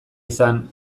izan